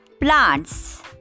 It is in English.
plants